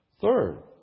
Third